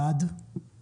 הצבעה סעיף 14 כד אושר.